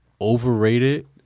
Overrated